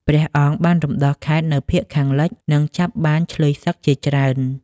ព្រះអង្គបានរំដោះខេត្តនៅភាគខាងលិច និងចាប់បានឈ្លើយសឹកជាច្រើន។"